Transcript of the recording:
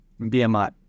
BMI